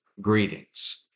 Greetings